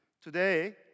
Today